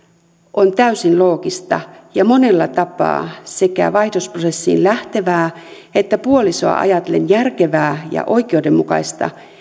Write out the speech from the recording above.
on täysin loogista ja monella tapaa sekä vaihdosprosessiin lähtevää että puolisoa ajatellen järkevää ja oikeudenmukaista